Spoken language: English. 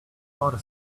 ought